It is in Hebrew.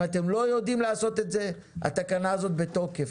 אם אתם לא יודעים לעשות את זה התקנה הזאת בתוקף.